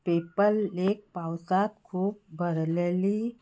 PayPal lake पावसांत खूब भरलेली